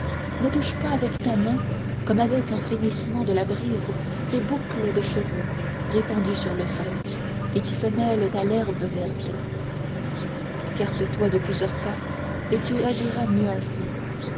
ne touche pas avec ta main comme avec un frémissement de la brise ces boucles de cheveux répandues sur le sol et qui se mêlent à l'herbe verte ecarte toi de plusieurs pas et tu agiras mieux ainsi